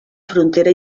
frontera